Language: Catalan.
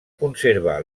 conserva